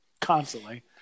constantly